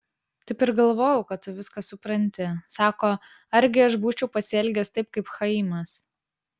taip ir galvojau kad tu viską supranti sako argi aš būčiau pasielgęs taip kaip chaimas